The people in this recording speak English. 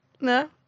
no